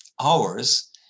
hours